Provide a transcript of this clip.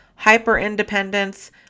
hyperindependence